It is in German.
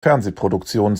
fernsehproduktionen